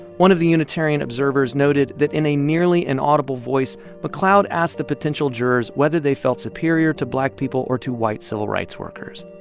one of the unitarian observers noted that in a nearly inaudible voice, mcleod asked the potential jurors whether they felt superior to black people or to white civil rights workers.